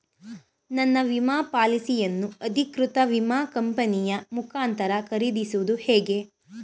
ನನ್ನ ವಿಮಾ ಪಾಲಿಸಿಯನ್ನು ಅಧಿಕೃತ ವಿಮಾ ಕಂಪನಿಯ ಮುಖಾಂತರ ಖರೀದಿಸುವುದು ಹೇಗೆ?